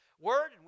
Word